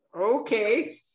okay